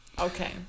Okay